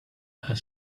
had